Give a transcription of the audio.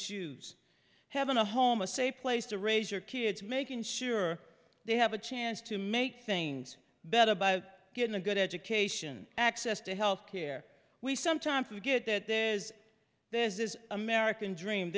choose heaven a home a safe place to raise your kids making sure they have a chance to make things better by getting a good education access to health care we sometimes forget that there is this is american dream